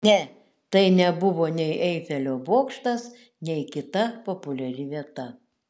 ne tai nebuvo nei eifelio bokštas nei kita populiari vieta